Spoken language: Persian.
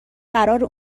قراره